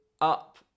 up